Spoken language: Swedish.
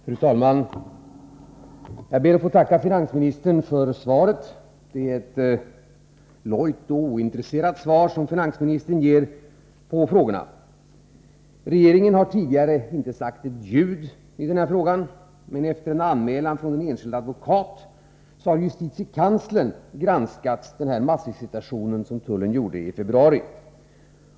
Fru talman! Jag ber att få tacka finansministern för svaret. Det är ett lojt och ointresserat svar som finansministern ger på frågorna. Regeringen har tidigare inte sagt ett ljud i detta ärende. Efter en anmälan från en enskild advokat har justitiekanslern granskat tullens massvisitation i februari.